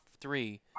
three